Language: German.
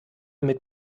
mit